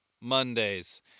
Mondays